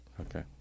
Okay